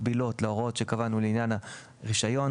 הוראות מקבילות להוראות שקבענו לעניין הרישיון.